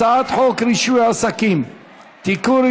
הצעת חוק רישוי עסקים (תיקון,